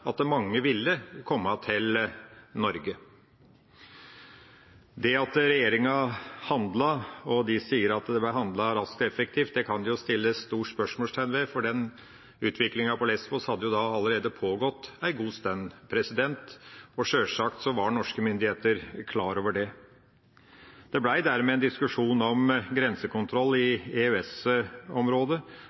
at mange ville komme til Norge. Det at regjeringa handlet og sier at det ble handlet raskt og effektivt, kan en sette et stort spørsmålstegn ved, for den utviklinga på Lésvos hadde da pågått en god stund, og sjølsagt var norske myndigheter klar over det. Det ble dermed en diskusjon om grensekontroll i